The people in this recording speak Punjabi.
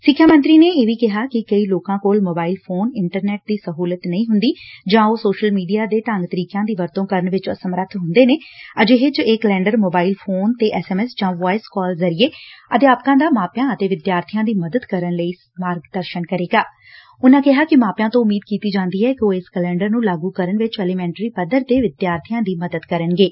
ਸਿੱਖਿਆ ਮੰਤਰੀ ਨੇ ਇਹ ਵੀ ਕਿਹਾ ਕਿ ਕਈ ਲੋਕਾ ਕੋਲ ਸੋਬਾਇਲ ਫੋਨ ਚ ਇੰਟਰਨੈਟ ਦੀ ਸਹੁਲਤ ਨਹੀਂ ਹੁੰਦੀ ਜਾਂ ਉਹ ਸੋਸ਼ਲ ਮੀਡੀਆ ਦੇ ਢੰਗ ਤਰੀਕਿਆ ਦੀ ਵਰਤੋਂ ਕਰਨ ਚ ਅਸਮਰਥ ਹੁੰਦੇ ਨੇ ਅਜਿਹੇ ਚ ਇਹ ਕੈਲੰਡਰ ਅਧਿਆਪਕਾ ਦਾ ਮੋਬਾਇਲ ਫੋਨ ਤੇ ਐਸ ਐਮ ਐਸ ਜਾ ਵਾਈਸ ਕਾਲ ਜ਼ਰੀਏ ਮਾਪਿਆਂ ਅਤੇ ਵਿਦਿਆਰਬੀਆਂ ਦੀ ਮਦਦ ਕਰਨ ਲਈ ਮਾਰਗ ਦਰਸ਼ਨ ਕਰੇਗਾ ਉਨ਼ਾਂ ਕਿਹਾ ਕਿ ਮਾਪਿਆਂ ਤੋਂ ਉਮੀਦ ਕੀਤੀ ਜਾਂਦੀ ਐ ਕਿ ਉਹ ਇਸ ਕੈਲੰਡਰ ਨੰ ਲਾਗੁ ਕਰਨ ਵਿਚ ਐਲੀਮੈਟਰੀ ਪੱਧਰ ਦੇ ਵਿਦਿਆਰਥੀਆ ਦੀ ਮਦਦ ਕਰਨਗੇ